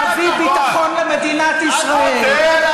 להביא ביטחון למדינת ישראל.